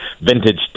vintage